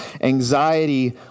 anxiety